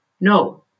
No